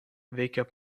veikia